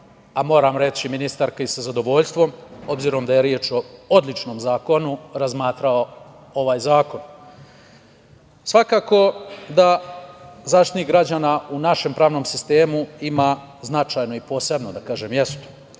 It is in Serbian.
a moram reći ministarka i sa zadovoljstvom, obzirom da je reč o odličnom zakonu, razmatrao ovaj zakon. Svakako da Zaštitnik građana u našem pravnom sistemu ima značajno i posebno mesto.